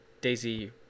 Daisy